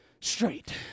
straight